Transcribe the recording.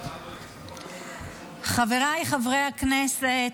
חבריי חברי הכנסת,